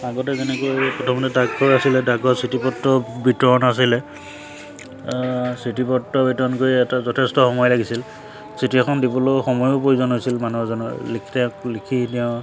আগতে যেনেকৈ প্ৰথমতে ডাকঘৰ আছিলে ডাকঘৰ চিঠি পত্ৰ বিতৰণ আছিলে চিঠি পত্ৰ বিতৰণ কৰি এটা যথেষ্ট সময় লাগিছিল চিঠি এখন দিবলৈও সময়ো প্ৰয়োজন হৈছিল মানুহ এজনৰ লিখি থা লিখি তেওঁ